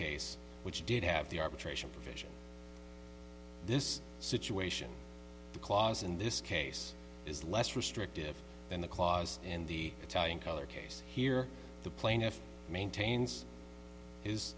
which did have the arbitration provision this situation the clause in this case is less restrictive than the clause in the italian color case here the plaintiff maintains his